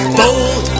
bold